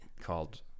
Called